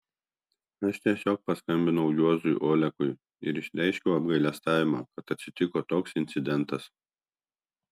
aš tiesiog paskambinau juozui olekui ir išreiškiau apgailestavimą kad atsitiko toks incidentas